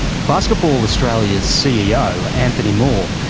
basketball australia's ceo anthony moore,